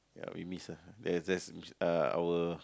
ya we miss her that that's uh our